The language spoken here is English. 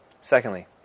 Secondly